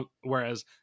Whereas